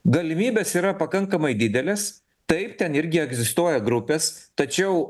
galimybės yra pakankamai didelės taip ten irgi egzistuoja grupės tačiau